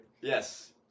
Yes